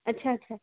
अच्छा अच्छा